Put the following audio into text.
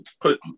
put